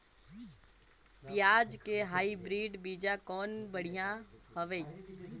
पियाज के हाईब्रिड बीजा कौन बढ़िया हवय?